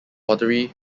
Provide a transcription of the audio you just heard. pottery